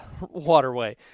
waterway